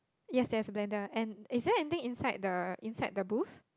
yes there's a blender and is there anything inside the inside the booth